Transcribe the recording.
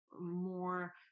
more